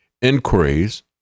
inquiries